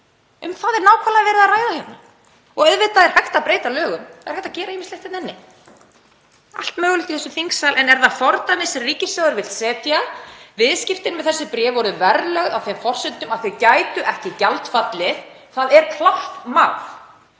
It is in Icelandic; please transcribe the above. um það var nákvæmlega verið að ræða hérna. Auðvitað er hægt að breyta lögum. Það er hægt að gera ýmislegt hérna inni, allt mögulegt í þessum þingsal. En er það fordæmi sem ríkissjóður vill setja? Viðskiptin með þessi bréf voru verðlögð á þeim forsendum að þau gætu ekki gjaldfallið. Það er klárt mál.